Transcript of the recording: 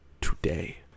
today